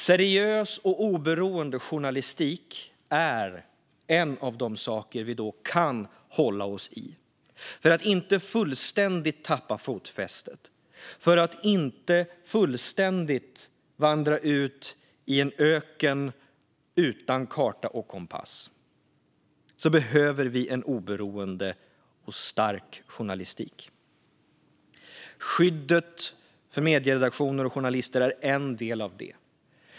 Seriös och oberoende journalistik är en av de saker vi kan hålla oss i. För att inte fullständigt tappa fotfästet, för att inte vandra ut i en öken utan karta och kompass behöver vi oberoende och stark journalistik. Skyddet för medieredaktioner och journalister är en del av det.